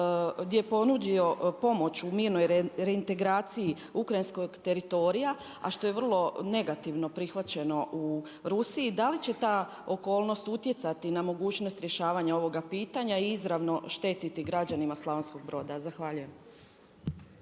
gdje je ponudio pomoć u mirnoj reintegraciji ukrajinskog teritorija a što je vrlo negativno prihvaćeno u Rusiji. Da li će ta okolnost utjecati na mogućnost rješavanja ovoga pitanja i izravno štetiti građanima Slavonskog Broda. Zahvaljujem.